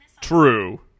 true